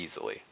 easily